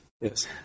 yes